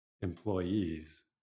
employees